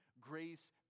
Grace